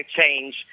change